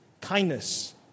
kindness